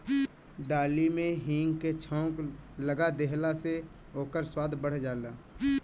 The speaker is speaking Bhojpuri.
दाली में हिंग के छौंका लगा देहला से ओकर स्वाद बढ़ जाला